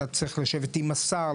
אתה צריך לשבת עם השר,